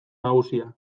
nagusia